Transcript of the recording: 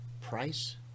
price